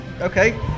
Okay